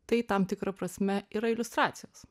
tai tam tikra prasme yra iliustracijos